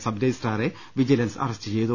സബ്രജിസ്ട്രാറെ vigilance arrest ചെയ്തു